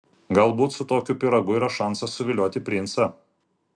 galbūt su tokiu pyragu yra šansas suvilioti princą